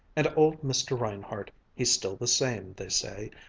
and old mr. reinhardt, he's still the same, they say.